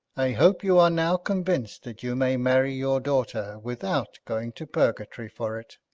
i hope you are now convinced, that you may marry your daughter without going to purgatory for it.